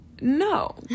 No